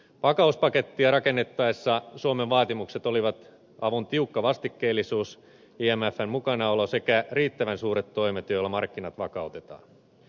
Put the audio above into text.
vakauspakettia rakennettaessa suomen vaatimukset olivat avun tiukka vastikkeellisuus imfn mukanaolo sekä riittävän suuret toimet joilla markkinat vakautetaan